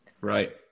Right